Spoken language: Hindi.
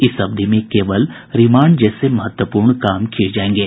इस अवधि में केवल रिमांड जैसे महत्वपूर्ण काम किये जायेंगे